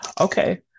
Okay